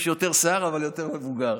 יש יותר שיער, אבל יותר מבוגר.